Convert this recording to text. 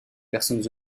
personnes